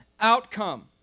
outcome